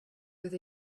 with